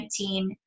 2019